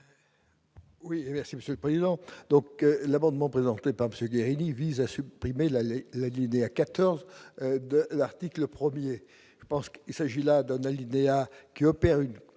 Oui, merci Monsieur le Président, donc l'amendement présenté par Monsieur Guérini vise à supprimer l'année la Guinée à 14 de l'article 1er je pense qu'il s'agit là donne alinéa qui opère une